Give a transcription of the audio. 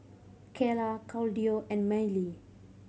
Kaela Claudio and Mylee